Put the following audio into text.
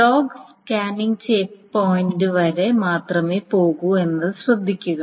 log scanning check point വരെ മാത്രമേ പോകൂ എന്നത് ശ്രദ്ധിക്കുക